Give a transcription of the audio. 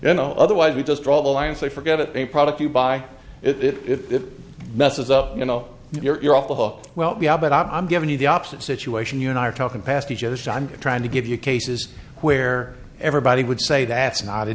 you know otherwise we just draw the line and say forget it a product you buy it if it messes up you know you're off the hook well yeah but i'm giving you the opposite situation you and i are talking past each other so i'm trying to give you cases where everybody would say that's not a